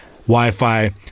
Wi-Fi